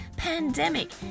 pandemic